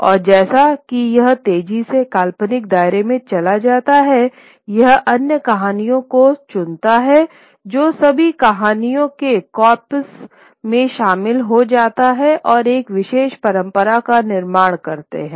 और जैसा कि यह तेजी से काल्पनिक दायरे में चला जाता है यह अन्य कहानियों को चुनता है जो सभी कहानियो के कॉर्पस में शामिल हो जाते हैं और एक विशेष परंपरा का निर्माण करते हैं